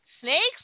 snakes